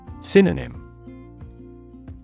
Synonym